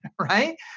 right